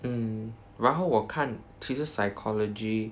mm 然后我看其实 psychology